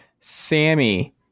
Sammy